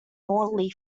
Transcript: mortally